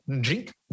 drink